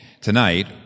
tonight